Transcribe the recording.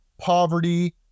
poverty